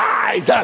eyes